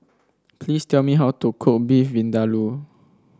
please tell me how to cook Beef Vindaloo